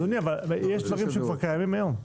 אדוני, אבל יש דברים שכבר קיימים היום.